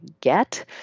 get